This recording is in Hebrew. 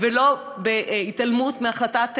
ולא בהתעלמות מהחלטת ממשלה.